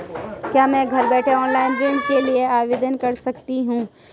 क्या मैं घर बैठे ऑनलाइन ऋण के लिए आवेदन कर सकती हूँ?